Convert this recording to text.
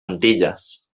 antilles